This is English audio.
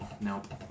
Nope